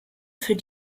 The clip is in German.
für